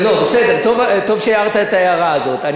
לא, בסדר, טוב שהערת את ההערה הזאת.